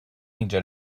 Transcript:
اینجا